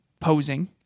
posing